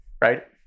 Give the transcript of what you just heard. right